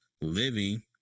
living